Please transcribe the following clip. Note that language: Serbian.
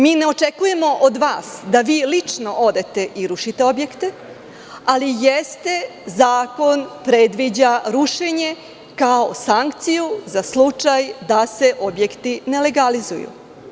Mi ne očekujemo od vas da vi lično odete i rušite objekte, ali zakon predviđa rušenje kao sankciju za slučaj da se objekti ne legalizuju.